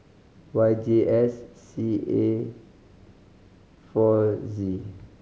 Y J S C A four Z